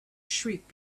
shriek